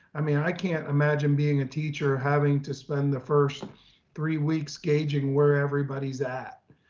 i mean, i can't imagine being a teacher having to spend the first three weeks gauging where everybody's at.